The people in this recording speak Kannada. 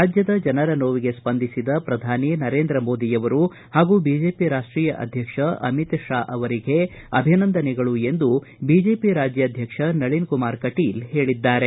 ರಾಜ್ಯದ ಜನರ ನೋವಿಗೆ ಸ್ವಂದಿಸಿದ ಪ್ರಧಾನಿ ನರೇಂದ್ರ ಮೋದಿಯವರು ಹಾಗೂ ಬಿಜೆಪಿ ರಾಷ್ವೀಯ ಅಧ್ಯಕ್ಷ ಅಮಿತ್ ಷಾ ಅವರಿಗೆ ಅಭಿನಂದನೆಗಳು ಎಂದು ಬಿಜೆಪಿ ರಾಜ್ವಾದ್ಸಕ್ಷ ನಳಿನ್ ಕುಮಾರ್ ಕಟೀಲ್ ಹೇಳಿದ್ದಾರೆ